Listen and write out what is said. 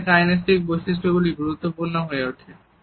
এখানে কাইনেসিক বৈশিষ্ট্যগুলি গুরুত্বপূর্ণ হয়ে ওঠে